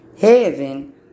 Heaven